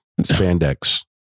spandex